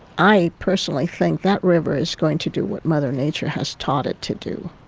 i personally think that river is going to do what mother nature has taught it to do.